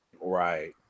right